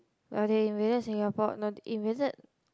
well they invaded Singapore no invaded